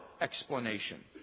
explanation